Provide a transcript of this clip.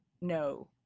no